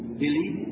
believe